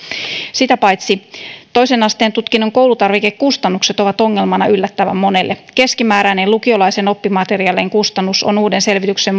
sitä paitsi toisen asteen tutkinnon koulutarvikekustannukset ovat ongelmana yllättävän monelle keskimääräinen lukiolaisen oppimateriaalien kustannus on uuden selvityksen